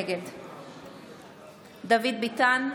נגד דוד ביטן,